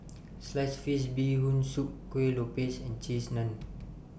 Sliced Fish Bee Hoon Soup Kue Lupis and Cheese Naan